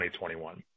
2021